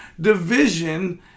division